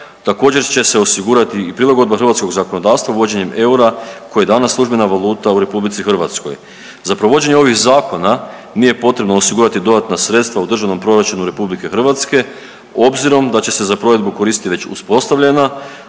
Također će se osigurati i prilagodba hrvatskog zakonodavstva uvođenjem eura koji je danas službena valuta u RH. Za provođenje ovih zakona nije potrebno osigurati dodatna sredstva u Državnom proračunu RH obzirom da će se za provedbu koristiti već uspostavljena